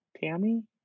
Tammy